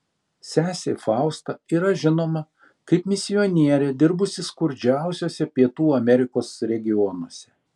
sesė fausta yra žinoma kaip misionierė dirbusi skurdžiausiuose pietų amerikos regionuose